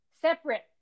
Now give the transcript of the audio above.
separate